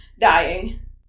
dying